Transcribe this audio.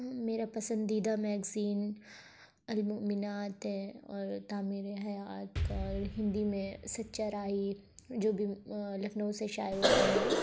میرا پسندیدہ میگزین المؤمنات ہے اور تعمیرِ حیات اور ہندی میں سچا راہی جو بھی لکھنؤ سے شائع ہوتے ہیں